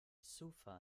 suva